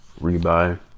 rebuy